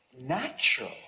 natural